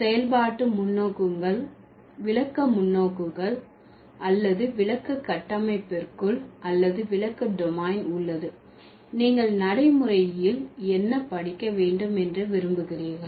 செயல்பாட்டு முன்னோக்குக்குள் விளக்க முன்னோக்குக்குள் அல்லது விளக்க கட்டமைப்பிற்குள் அல்லது விளக்க டொமைன் உள்ளது நீங்கள் நடைமுறையில் என்ன படிக்க வேண்டும் என்று விரும்புகிறீர்கள்